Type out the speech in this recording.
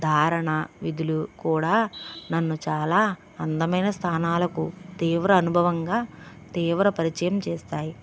ధారణ విధులు కూడా నన్ను చాలా అందమైన స్థానాలకు తీవ్ర అనుభవంగా తీవ్ర పరిచయం చేస్తాయి